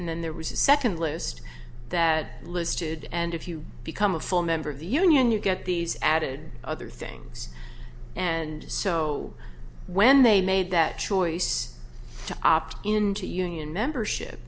and then there was a second list that listed and if you become a full member of the union you get these added other things and so when they made that choice to opt in to union membership